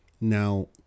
Now